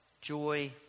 joy